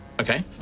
Okay